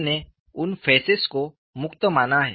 हमने उन फेसेस को मुक्त माना है